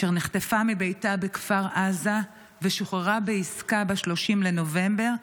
אשר נחטפה מביתה בכפר עזה ושוחררה בעסקה ב-30 בנובמבר.